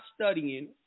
studying